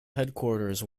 headquarters